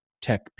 Tech